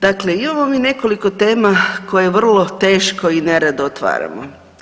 Dakle, imamo mi nekoliko tema koje vrlo teško i nerado otvaramo.